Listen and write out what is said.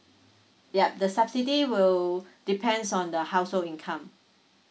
yup the subsidy will depends on the household income